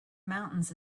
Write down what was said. mountains